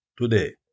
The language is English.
today